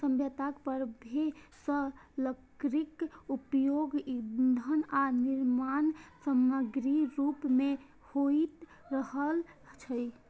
सभ्यताक प्रारंभे सं लकड़ीक उपयोग ईंधन आ निर्माण समाग्रीक रूप मे होइत रहल छै